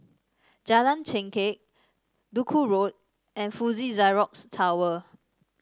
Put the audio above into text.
Jalan Chengkek Duku Road and Fuji Xerox Tower